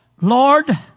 Lord